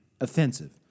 offensive